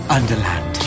Underland